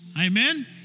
Amen